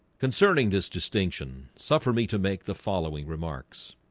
concerning this distinction suffer me to make the following remarks